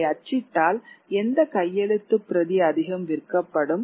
அதை அச்சிட்டால் எந்த கையெழுத்துப் பிரதி அதிகம் விற்கப்படும்